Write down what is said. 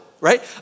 right